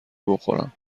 بخورم